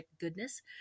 goodness